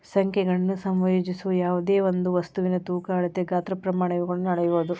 ಸಂಖ್ಯೆಗಳನ್ನು ಸಂಯೋಜಿಸುವ ಯಾವ್ದೆಯೊಂದು ವಸ್ತುವಿನ ತೂಕ ಅಳತೆ ಗಾತ್ರ ಪ್ರಮಾಣ ಇವುಗಳನ್ನು ಅಳೆಯುವುದು